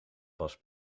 past